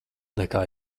nekā